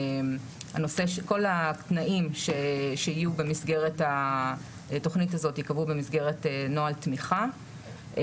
כל התנאים שיהיו במסגרת התוכנית הזאת ייקבעו במסגרת נוהל תמיכה.